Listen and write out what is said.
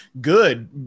Good